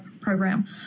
program